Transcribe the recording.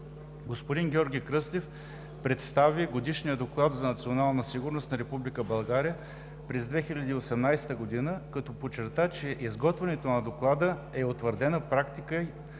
Господин Георги Кръстев представи Годишния доклад за национална сигурност на Република България през 2018 г., като подчерта, че изготвянето на Доклада е утвърдена практика